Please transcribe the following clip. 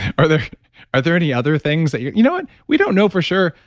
are there are there any other things that you you know what, we don't know for sure,